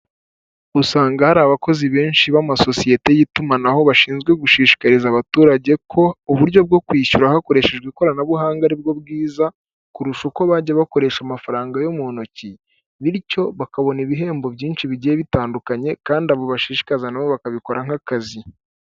Usanga hari abakozi benshi b'amasosiyete y'itumanaho bashinzwe gushishikariza abaturage ko uburyo bwo kwishyura hakoreshejwe ikoranabuhanga aribwo bwiza kurusha uko bajya bakoresha amafaranga yo mu ntoki. Bityo bakabona ibihembo byinshi bigiye bitandukanye kandi abo bashishikaza nabo bakabikora nk'akazi.